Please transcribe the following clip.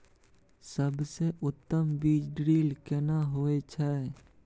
सबसे उत्तम बीज ड्रिल केना होए छै?